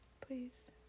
please